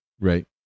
Right